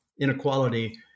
inequality